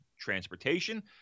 transportation